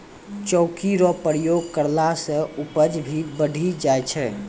चौकी रो प्रयोग करला से उपज भी बढ़ी जाय छै